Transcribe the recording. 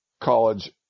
college